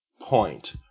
point